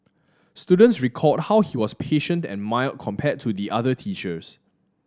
students recalled how he was patient and mild compared to the other teachers